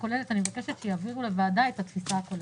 הכוללת אני מבקשת שיעבירו לוועדה את הטיוטה.